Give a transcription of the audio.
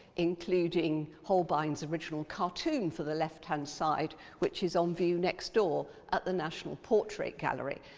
including holbein's original cartoon for the left-hand side, which is on view next door at the national portrait gallery,